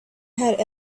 had